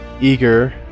eager